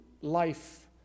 life